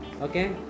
okay